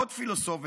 עוד פילוסוף,